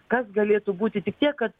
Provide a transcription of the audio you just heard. kas galėtų būti tik tiek kad